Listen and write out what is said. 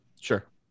Sure